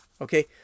okay